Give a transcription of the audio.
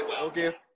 Okay